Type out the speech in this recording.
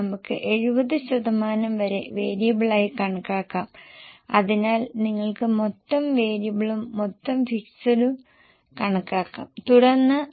അതിനാൽ ഇത് സ്ഥിരമാണെന്ന് ഞങ്ങൾ അനുമാനിച്ചു കാരണം അസംസ്കൃത വസ്തുക്കൾ പവർ എന്നിവ പോലെ വേരിയബിൾ ഇനങ്ങളിൽ ഭൂരിഭാഗവും ഇതിനകം അവസാനിച്ചുവെന്ന് നിങ്ങൾ നിരീക്ഷിക്കും